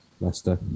Leicester